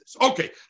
Okay